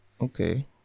Okay